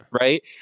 Right